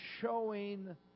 showing